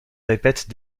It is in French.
répète